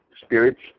spirits